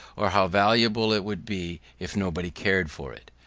or how valuable it would be if nobody cared for it.